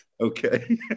okay